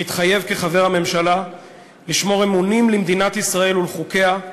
מתחייב כחבר הממשלה לשמור אמונים למדינת ישראל ולחוקיה,